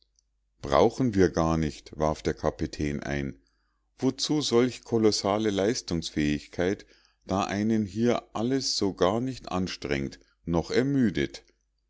brauchen wir gar nicht warf der kapitän ein wozu solch kolossale leistungsfähigkeit da einen hier alles so gar nicht anstrengt noch ermüdet